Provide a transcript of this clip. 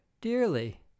dearly